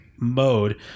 Mode